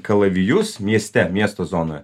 kalavijus mieste miesto zonoje